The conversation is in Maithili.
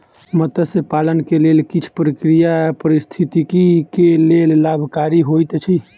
मत्स्य पालन के किछ प्रक्रिया पारिस्थितिकी के लेल लाभकारी होइत अछि